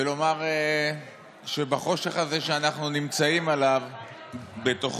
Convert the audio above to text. ולומר שבחושך הזה שאנחנו נמצאים בתוכו,